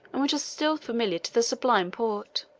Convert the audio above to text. and which are still familiar to the sublime porte.